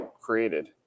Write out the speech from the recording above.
created